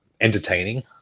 entertaining